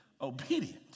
obedient